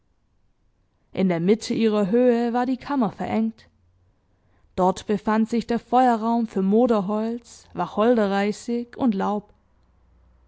in der mitte ihrer höhe war die kammer verengt dort befand sich der feuerraum für moderholz wacholderreisig und laub